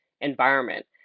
environment